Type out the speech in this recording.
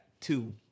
two